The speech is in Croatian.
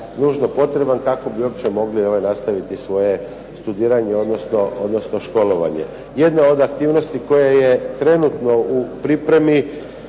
nužno potreban kako bi uopće mogli nastaviti svoje studiranje, odnosno školovanje. Jedna od aktivnosti koja je trenutno u pripremi